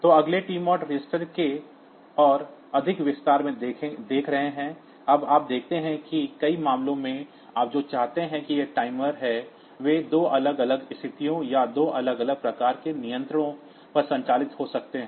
तो अगले TMOD register के और अधिक विस्तार में देख रहे हैं अब आप देखते हैं कि कई मामलों में आप जो चाहते हैं कि ये टाइमर हैं वे 2 अलग अलग स्थितियों या 2 अलग अलग प्रकार के नियंत्रणों पर संचालित हो सकते हैं